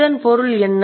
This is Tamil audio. இதன் பொருள் என்ன